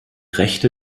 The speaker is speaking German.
rechte